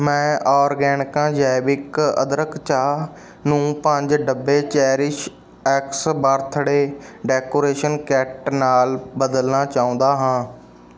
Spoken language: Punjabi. ਮੈਂ ਆਰਗੈਨਿਕਾ ਜੈਵਿਕ ਅਦਰਕ ਚਾਹ ਨੂੰ ਪੰਜ ਡੱਬੇ ਚੈਰੀਸ਼ਐਕਸ ਬਰਥਡੇ ਡੈਕੋਰੇਸ਼ਨ ਕਿੱਟ ਨਾਲ ਬਦਲਣਾ ਚਾਹੁੰਦਾ ਹਾਂ